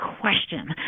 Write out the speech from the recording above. question